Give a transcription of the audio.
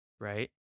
right